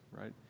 right